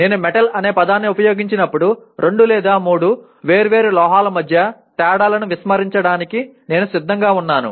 నేను మెటల్ అనే పదాన్ని ఉపయోగించినప్పుడు రెండు లేదా మూడు వేర్వేరు లోహాల మధ్య తేడాలను విస్మరించడానికి నేను సిద్ధంగా ఉన్నాను